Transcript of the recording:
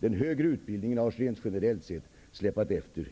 Den högre utbildningen har generellt sett släpat efter.